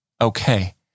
okay